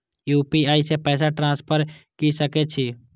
UPI से पैसा transfer की सके छी?